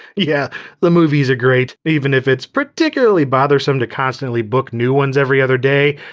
yeah the movies are great, even if it's particularly bothersome to constantly book new ones every other day.